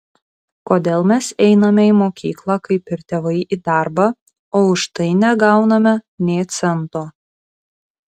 kodėl mes einame į mokyklą kaip ir tėvai į darbą o už tai negauname nė cento